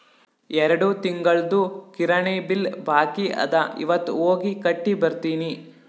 ಎರಡು ತಿಂಗುಳ್ದು ಕಿರಾಣಿ ಬಿಲ್ ಬಾಕಿ ಅದ ಇವತ್ ಹೋಗಿ ಕಟ್ಟಿ ಬರ್ತಿನಿ